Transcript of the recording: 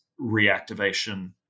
reactivation